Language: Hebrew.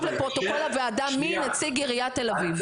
לפרוטוקול הוועדה מי נציג עירית תל אביב.